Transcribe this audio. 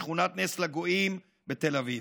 שכונת נס לגויים בתל אביב.